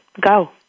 Go